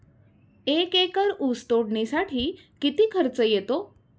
एक एकर ऊस तोडणीसाठी किती खर्च येतो?